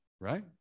right